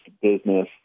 business